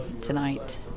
tonight